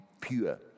pure